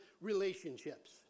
relationships